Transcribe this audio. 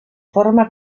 forma